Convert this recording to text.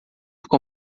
com